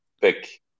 pick